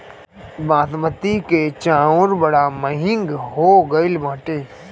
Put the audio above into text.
बासमती के चाऊर बड़ा महंग हो गईल बाटे